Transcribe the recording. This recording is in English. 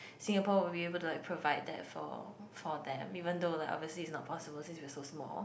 Singapore we were able to like provide that for for them even thought like oversea is not possible since we are so small